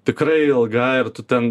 tikrai ilga ir tu ten